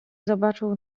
zobaczył